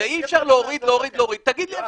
אני לא מוציא ילדים אם ההורים שלהם אני